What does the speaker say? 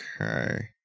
Okay